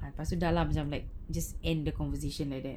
ah lepas tu I'm like just end the conversation like that